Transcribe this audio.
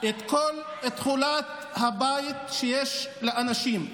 את כל תכולת הבית שיש לאנשים.